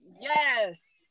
Yes